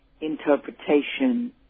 interpretation